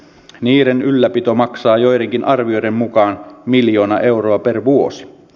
niiden ylläpito maksaa joidenkin arvioiden mukaan miljoona euroa per vuosi